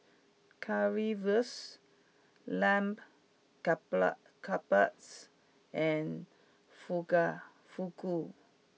Currywurst Lamb Kebabs and Fuga Fugu